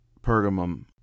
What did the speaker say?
pergamum